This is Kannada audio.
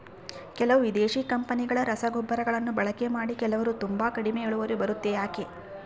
ಕೆಲವು ವಿದೇಶಿ ಕಂಪನಿಗಳ ರಸಗೊಬ್ಬರಗಳನ್ನು ಬಳಕೆ ಮಾಡಿ ಕೆಲವರು ತುಂಬಾ ಕಡಿಮೆ ಇಳುವರಿ ಬರುತ್ತೆ ಯಾಕೆ?